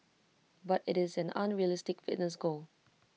but IT is an unrealistic fitness goal